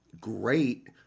great